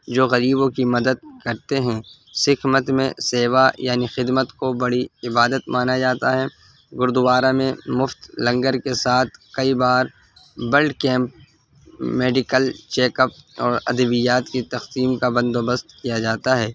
جو غریبوں کی مدد کرتے ہیں سکھ مت میں سیوا یعنی خدمت کو بڑی عبادت مانا جاتا ہے گرودوارا میں مفت لنگر کے ساتھ کئی بار blood camp medical check up اور ادویات کی تقسیم کا بندوبست کیا جاتا ہے